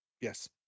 yes